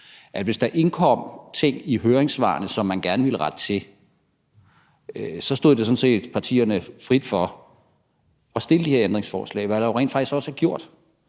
at hvis der indkom ting i høringssvarene, som man gerne ville rette til, så stod det sådan set partierne frit for at stille de her ændringsforslag, hvad der jo rent faktisk også er gjort.